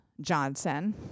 Johnson